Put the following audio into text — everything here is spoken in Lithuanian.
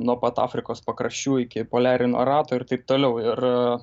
nuo pat afrikos pakraščių iki poliarinio rato ir taip toliau ir